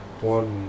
One